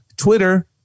twitter